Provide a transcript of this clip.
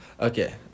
Okay